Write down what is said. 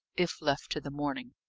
if left to the morning,